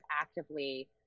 actively